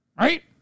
right